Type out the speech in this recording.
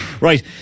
Right